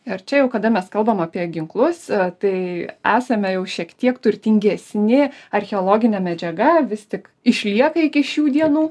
ir čia jau kada mes kalbam apie ginklus tai esame jau šiek tiek turtingesni archeologinė medžiaga vis tik išlieka iki šių dienų